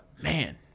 man